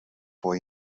voor